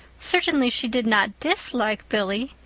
certainly she did not dislike billy.